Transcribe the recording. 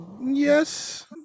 Yes